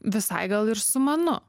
visai gal ir sumanu